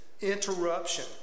interruption